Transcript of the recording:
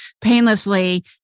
painlessly